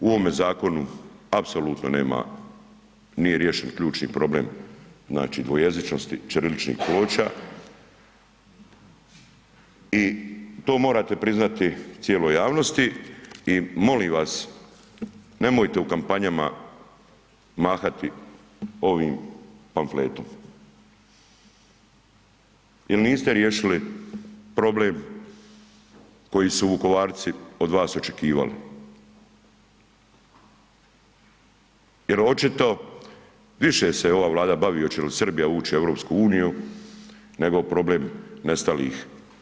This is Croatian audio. U ovome zakonu apsolutno nema, nije riješen ključni problem, znači dvojezičnosti, ćiriličnih ploča i to morate priznati cijeloj javnosti i molim vas, nemojte u kampanjama mahati ovim pamfletom jer niste riješili problem koji su Vukovarci od vas očekivali jer očito, više se ova Vlada bavi hoće li Srbija ući u EU nego problem nestalih.